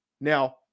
Now